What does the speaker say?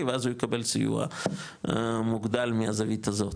ואז הוא יקבל סיוע מוגדל מהזווית הזאת,